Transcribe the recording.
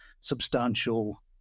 substantial